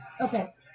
Okay